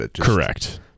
Correct